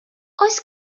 oes